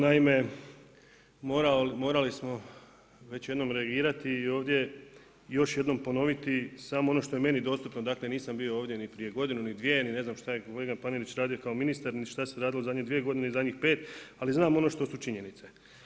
Naime, morali smo već jednom reagirati i ovdje još jednom ponoviti samo ono što je meni dostupno, dakle, nisam bio ovdje ni prije godinu ni dvije, ni ne znam šta je kolega Panenić radio kao ministar ni šta se radilo zadnje dvije godine i zadnjih pet, ali znam ono što su činjenice.